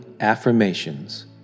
affirmations